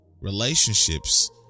Relationships